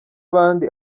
abandi